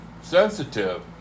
sensitive